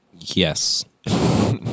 Yes